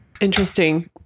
Interesting